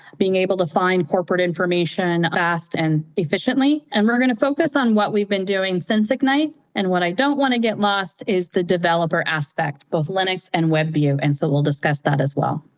being able to find corporate information fast and efficiently. we're going to focus on what we've been doing since ignite, and what i don't want to get lost is the developer aspect, both linux and web view, and so we'll discuss that as well.